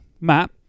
Matt